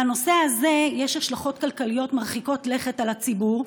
לנושא הזה יש השלכות כלכליות מרחיקות לכת על הציבור,